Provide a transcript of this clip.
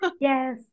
yes